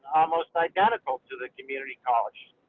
almost identical to the community college.